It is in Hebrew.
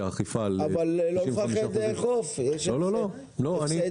והאכיפה של 95% --- אבל --- עוד קצת.